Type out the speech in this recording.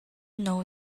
know